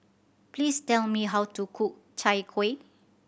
please tell me how to cook Chai Kuih